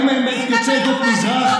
אם הם יוצאי עדות מזרח,